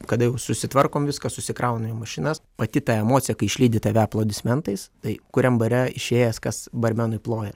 kada jau susitvarkom viską susikraunam į mašinas pati ta emocija kai išlydi tave aplodismentais tai kuriam bare išėjęs kas barmenui ploja